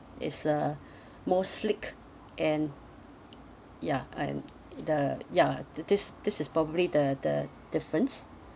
is uh more slick and ya and the ya this this is probably the the difference